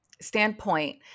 standpoint